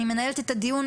אני מנהלת את הדיון,